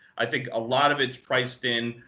i think a lot of it's priced in.